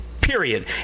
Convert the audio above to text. Period